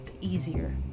easier